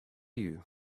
you